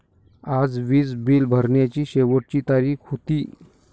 आज वीज बिल भरण्याची शेवटची तारीख होती